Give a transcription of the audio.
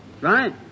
Right